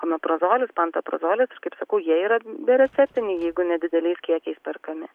omeprazolis pantoprazolis aš kaip sakau jie yra bereceptiniai jeigu nedideliais kiekiais perkami